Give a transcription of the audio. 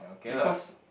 because